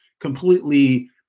completely